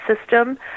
system